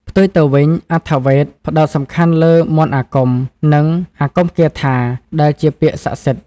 ផ្ទុយទៅវិញ អថវ៌េទ ផ្ដោតសំខាន់លើ មន្តអាគម និង អាគមគាថា ដែលជាពាក្យស័ក្តិសិទ្ធិ។